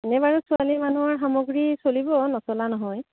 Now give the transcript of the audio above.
এনেই বাৰু ছোৱালী মানুহৰ সামগ্ৰী চলিব নচলা নহয়